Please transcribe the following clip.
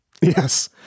Yes